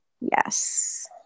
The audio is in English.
Yes